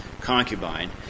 concubine